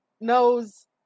knows